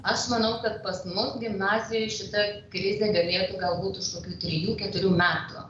aš manau kad pas mus gimnazijoj šita krizė galėtų galbūt kokių trejų ketverių metų